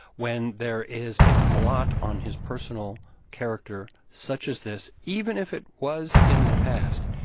when there is a blot on his personal character such as this. even if it was in the past,